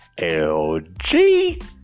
LG